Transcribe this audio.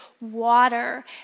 water